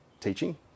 teaching